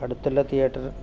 അടുത്തല്ല തിയേറ്റർ